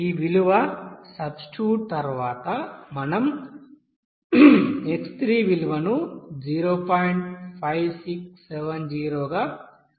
ఈ విలువ సబ్స్టిట్యూట్ తర్వాత మనం x3 విలువను 0